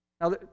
Now